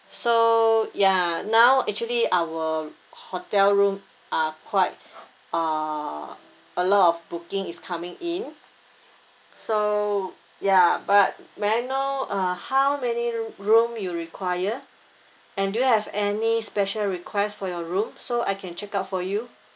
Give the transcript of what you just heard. so ya now actually our hotel room uh quite uh a lot of booking is coming in so ya but may I know uh how many room room you require and do you have any special request for your room so I can check out for you